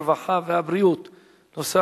הרווחה והבריאות נתקבלה.